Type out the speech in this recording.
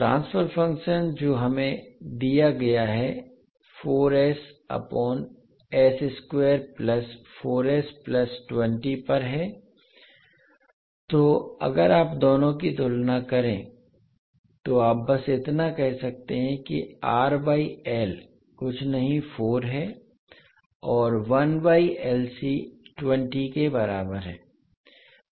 transfer function जो हमें दिया गया है 4s upon s square plus 4s plus 20 पर है तो अगर आप दोनों की तुलना करें तो आप बस इतना कह सकते हैं कि R बाय L कुछ नहीं 4 है और 1 बाय LC 20 के बराबर है